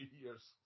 years